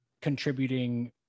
contributing